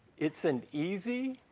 it's an easy,